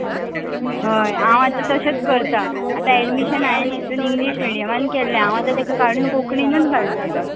हय हय हांव आतां तशेंच करता आतां एडमिशन हांयेंन हितून इंग्लीश मिडियमान केल्लें हांव आतां तेका काडून कोंकणीनूच घालता तर